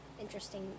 interesting